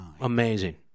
Amazing